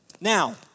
Now